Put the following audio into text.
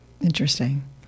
Interesting